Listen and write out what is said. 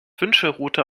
wünschelrute